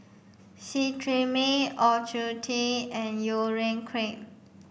Cetrimide Ocuvite and Urea Cream